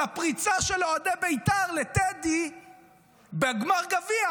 על הפריצה של אוהדי בית"ר לטדי בגמר הגביע.